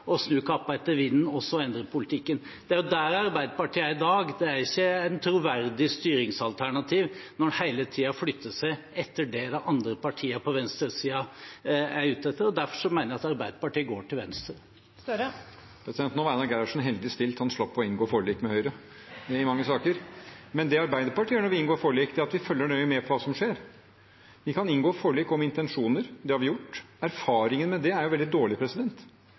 flisa, snu kappen etter vinden og så endre politikken? Det er jo der Arbeiderpartiet er i dag. En er ikke et troverdig styringsalternativ når en hele tiden flytter seg etter det de andre partiene på venstresiden er ute etter. Derfor mener jeg at Arbeiderpartiet går til venstre. Einar Gerhardsen var heldig stilt ved at han slapp å inngå forlik med Høyre i mange saker. Men det Arbeiderpartiet gjør når vi inngår forlik, er at vi følger nøye med på hva som skjer. Vi kan inngå forlik om intensjoner – det har vi gjort – men erfaringene med det er veldig